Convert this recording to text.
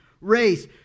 race